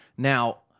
Now